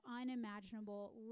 unimaginable